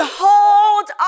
hold